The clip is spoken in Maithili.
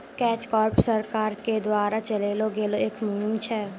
कैच कॉर्प सरकार के द्वारा चलैलो गेलो एक मुहिम छै